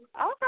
Okay